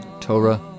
Torah